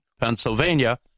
Pennsylvania